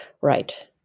Right